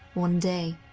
one day,